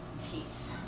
teeth